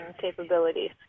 capabilities